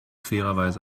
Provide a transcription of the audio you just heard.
fairerweise